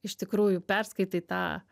iš tikrųjų perskaitai tą